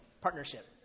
partnership